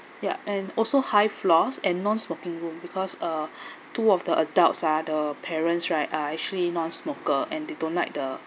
ya and also high floors and non smoking room because uh two of the adults are the parents right are actually non smoker and they don't like the